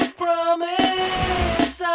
promise